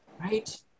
right